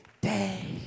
day